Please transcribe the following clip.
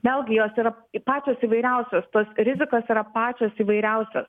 vėlgi jos yra pačios įvairiausios tos rizikos yra pačios įvairiausios